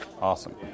Awesome